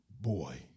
boy